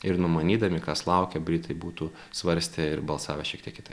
ir numanydami kas laukia britai būtų svarstę ir balsavę šiek tiek kitaip